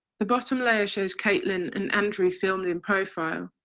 the bottom layer shows caitlin and andrew filming in profile.